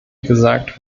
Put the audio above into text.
gesagt